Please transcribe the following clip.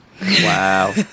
wow